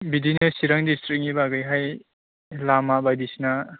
बिदिनो चिरां द्रिस्टिकनि बागैहाय लामा बायदिसिना